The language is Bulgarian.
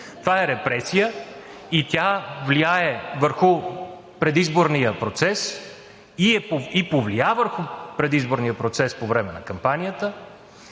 Това е репресия и тя влияе върху предизборния процес и повлия върху предизборния процес по време на кампанията.